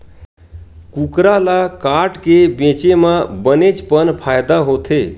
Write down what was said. कुकरा ल काटके बेचे म बनेच पन फायदा होथे